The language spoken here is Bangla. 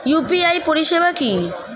ইউ.পি.আই পরিষেবা কি?